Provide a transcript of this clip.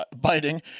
biting